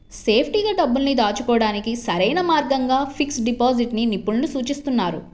సేఫ్టీగా డబ్బుల్ని దాచుకోడానికి సరైన మార్గంగా ఫిక్స్డ్ డిపాజిట్ ని నిపుణులు సూచిస్తున్నారు